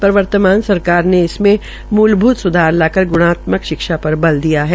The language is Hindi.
पर वर्तमान सरकार ने इसे मुलभुत सुधार लाकर ग्णात्मक शिक्षा पर बल दिया है